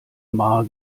maar